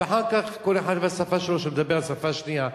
ואחר כך כל אחד והשפה שלו שהוא מדבר, השפה השנייה.